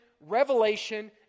revelation